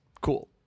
Cool